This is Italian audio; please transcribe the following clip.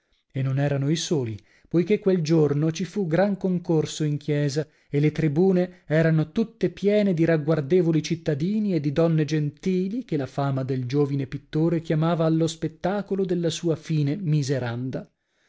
e non erano i soli poichè quel giorno ci fu gran concorso in chiesa e le tribune erano tutte piene di ragguardevoli cittadini e di donne gentili che la fama del giovine pittore chiamava allo spettacolo della sua fine